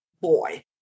boy